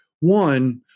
One